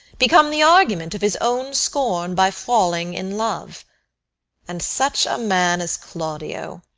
become the argument of his own scorn by falling in love and such a man is claudio.